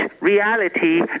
reality